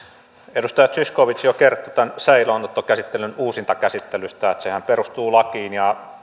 edustaja zyskowicz jo kertoi tämän säilöönottokäsittelyn uusintakäsittelystä sen että sehän perustuu lakiin ja